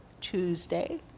Tuesday